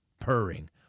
purring